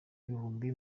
igihumbi